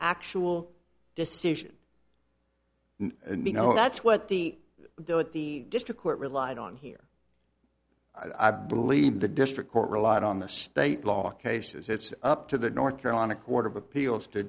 actual decision and you know that's what they're at the district court relied on here i believe the district court relied on the state law cases it's up to the north carolina court of appeals to